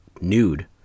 nude